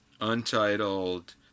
Untitled